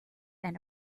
and